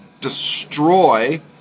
destroy